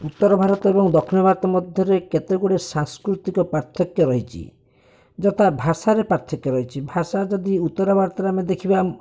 ଉତ୍ତର ଭାରତ ଏବଂ ଦକ୍ଷିଣ ଭାରତ ମଧ୍ୟରେ କେତେ ଗୁଡ଼ିଏ ସାଂସ୍କୃତିକ ପାର୍ଥକ୍ୟ ରହିଛି ଯଥା ଭାଷାରେ ପାର୍ଥକ୍ୟ ରହିଛି ଭାଷା ଯଦି ଉତ୍ତର ଭାରତରେ ଆମେ ଦେଖିବା